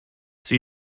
sie